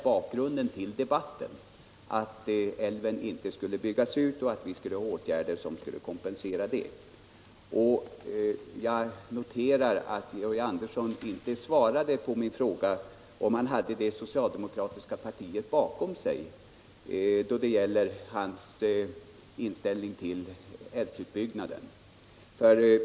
Bakgrunden till debatten är väl att älven inte skulle byggas ut och att det skulle vidtas åtgärder för att kompensera detta. Och jag noterar att Georg Andersson inte svarade på min fråga. om han har det socialdemokratiska partiet bakom sig då det gäller inställningen till älvutbyggnaden.